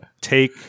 Take